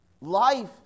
Life